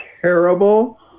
terrible